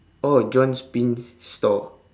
oh john's pin store